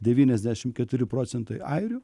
devyniasdešim keturi procentai airių